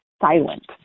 silent